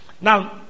Now